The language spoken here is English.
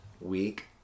week